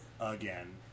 again